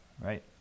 Right